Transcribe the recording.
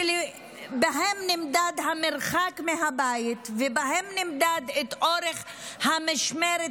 שבהם נמדד המרחק מהבית ונמדד אורך המשמרת,